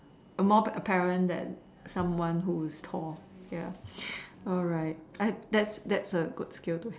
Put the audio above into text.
more apparent than someone who is tall ya alright that's that's a that's a good skill to have